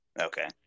Okay